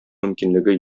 мөмкинлеге